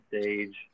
stage